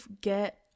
get